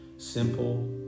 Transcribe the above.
simple